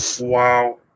Wow